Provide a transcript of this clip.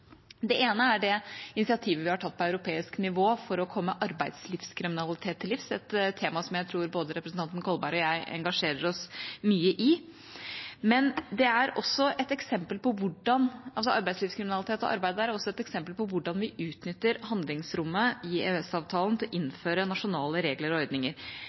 Det ene er det initiativet vi har tatt på europeisk nivå for å komme arbeidslivskriminalitet til livs, et tema jeg tror både representanten Kolberg og jeg engasjerer oss mye i. Men arbeidslivskriminalitet og arbeidet der er også et eksempel på hvordan vi utnytter handlingsrommet i EØS-avtalen til å innføre nasjonale regler og ordninger.